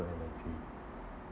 energy